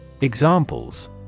Examples